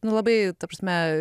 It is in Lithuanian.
nu labai ta prasme